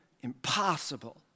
impossible